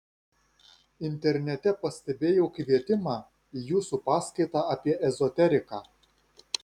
internete pastebėjau kvietimą į jūsų paskaitą apie ezoteriką